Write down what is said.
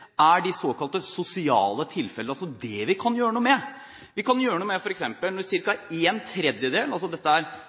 er de såkalte sosiale tilfellene, altså det vi kan gjøre noe med. For ca. en tredjedel – det kan aldri fastslås med sikkerhet hvor mange det er – av dem som er unge uføre, er